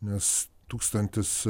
nes tūkstantis